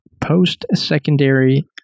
post-secondary